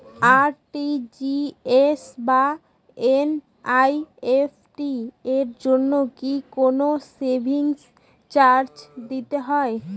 RTGS বা NEFT এর জন্য কি কোনো সার্ভিস চার্জ দিতে হয়?